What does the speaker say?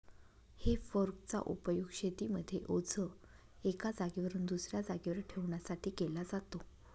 हे फोर्क चा उपयोग शेतीमध्ये ओझ एका जागेवरून दुसऱ्या जागेवर ठेवण्यासाठी केला जातो